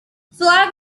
flagg